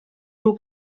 nhw